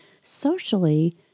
socially